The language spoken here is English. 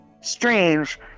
strange